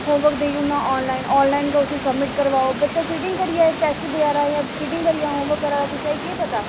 homework देई ओड़ना online online गै उसी सबमिट करवाओ बच्चा चीटिंग करियै टैस्ट देआ दा चीटिंग करियै होमवर्क करा दा कुसै गी केह् पता